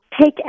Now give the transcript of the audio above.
take